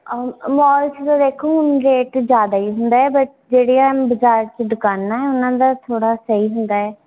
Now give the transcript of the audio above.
mall 'ਚ ਤਾਂ ਦੋਖੋ ਰੇਟ ਜ਼ਿਆਦਾ ਹੀ ਹੁੰਦਾ ਬਸ ਜਿਹੜੀਆਂ ਬਜ਼ਾਰ 'ਚ ਦੁਕਾਨਾਂ ਉਨ੍ਹਾਂ ਦਾ ਥੋੜ੍ਹਾ ਸਹੀ ਹੁੰਦਾ ਹੈ